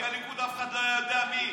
בלי הליכוד אף אחד לא היה יודע מי היא.